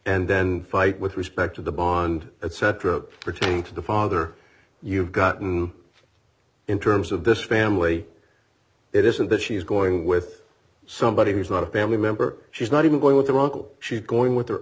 and then fight with respect to the bond etc pertaining to the father you've got in terms of this family it isn't that she's going with somebody who's not a family member she's not even going with the welcome she's going with her